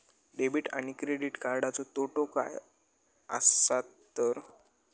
Debit आणि credit कार्डचे तोटे काय आसत तर?